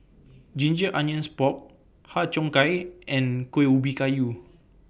Ginger Onions Pork Har Cheong Gai and Kuih Ubi Kayu